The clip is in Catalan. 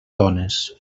dones